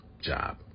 job